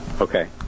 Okay